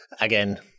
Again